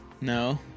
No